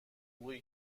حقوقی